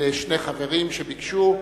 לשני חברים שביקשו: